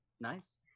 nice